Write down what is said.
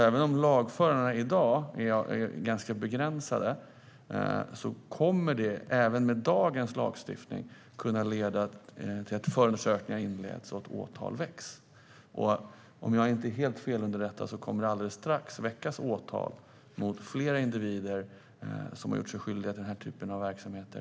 Även om lagföringen i dag är ganska begränsad kommer alltså dagens lagstiftning att kunna leda till att förundersökningar inleds och åtal väcks. Om jag inte är helt felunderrättad kommer det alldeles strax att väckas åtal i tingsrätten i Göteborg mot flera individer som har gjort sig skyldiga till den här typen av verksamheter.